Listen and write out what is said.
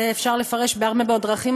את זה אפשר לפרש בהרבה מאוד דרכים,